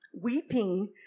weeping